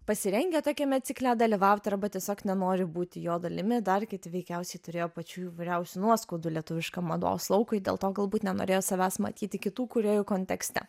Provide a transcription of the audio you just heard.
pasirengę tokiame cikle dalyvauti arba tiesiog nenori būti jo dalimi dar kiti veikiausiai turėjo pačių įvairiausių nuoskaudų lietuviškam mados laukui dėl to galbūt nenorėjo savęs matyti kitų kūrėjų kontekste